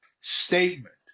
statement